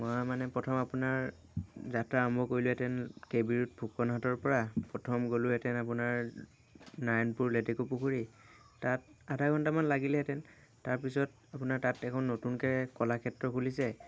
মই মানে প্ৰথম আপোনাৰ যাত্ৰা আৰম্ভ কৰিলোঁহেতেন কে বি ৰোড ফুকনহাটৰ পৰা প্ৰথম গ'লোঁহেতেন আপোনাৰ নাৰায়ণপুৰ লেটেকুপুখুৰী তাত আধা ঘণ্টামান লাগিলেহেতেন তাৰ পিছত আপোনাৰ তাত এখন নতুনকৈ কলাক্ষেত্ৰ খুলিছে